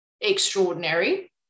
extraordinary